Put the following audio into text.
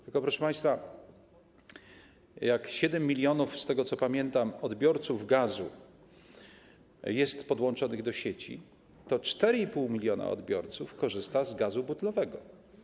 Tylko, proszę państwa, o ile 7 mln, z tego, co pamiętam, odbiorców gazu jest podłączonych do sieci, to 4,5 mln odbiorców korzysta z gazu butlowego.